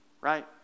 right